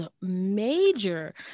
major